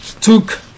took